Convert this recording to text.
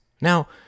Now